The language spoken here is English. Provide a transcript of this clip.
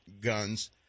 guns